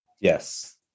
Yes